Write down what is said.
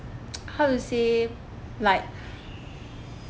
how to say like